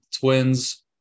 Twins